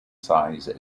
size